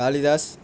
Kalidas